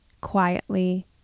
quietly